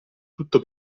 tutto